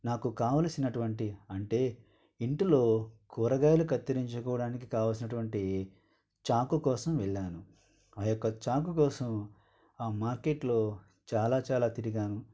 నాకు కావల్సినటువంటి అంటే ఇంటిలో కూరగాయలు కత్తిరించుకోడానికి కావల్సినటువంటి చాకు కోసం వెళ్ళాను ఆయొక్క చాకు కోసం ఆ మార్కెట్లో చాలా చాలా తిరిగాను